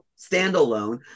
standalone